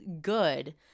good